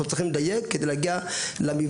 אנחנו צריכים לדייק כדי להגיע למבנה